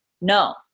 No